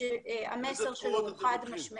המסר שלו הוא חד משמעי.